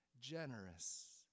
generous